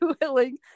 willing